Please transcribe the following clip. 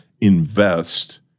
invest